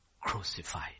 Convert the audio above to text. crucified